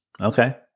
Okay